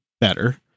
better